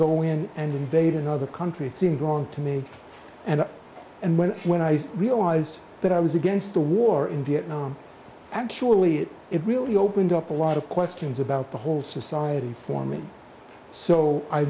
go in and invade another country it seems wrong to me and and when when i realized that i was against the war in vietnam actually it really opened up a lot of questions about the whole society for me so i